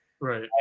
Right